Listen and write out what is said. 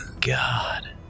God